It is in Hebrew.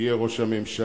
שיהיה ראש הממשלה,